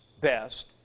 best